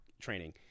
training